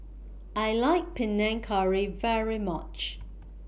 I like Panang Curry very much